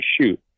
shoot